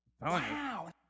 Wow